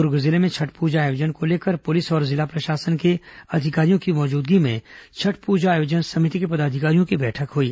दुर्ग जिले में छठ पूजा आयोजन को लेकर पुलिस और जिला प्रशासन के अधिकारियों की मौजूदगी में छठ पूजा आयोजन समिति के पदाधिकारियों की बैठक हुई